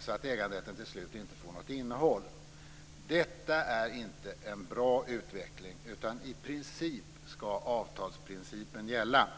så att den till slut inte får något innehåll. Detta är inte en bra utveckling, utan i princip skall avtalsprincipen gälla.